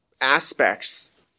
aspects